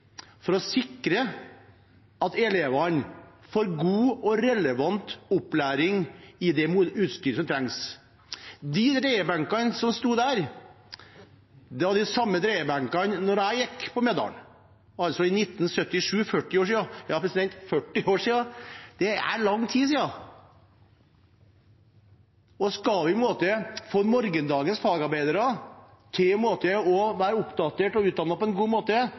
for å sikre at elevene får god og relevant opplæring i det utstyret som trengs. De dreiebenkene som sto der, var de samme dreiebenkene som sto der da jeg gikk på Meldal skole. Det var i 1977 – for 40 år siden. 40 år er lang tid. Skal vi få morgendagens fagarbeidere til å være oppdatert og utdannet på en god måte,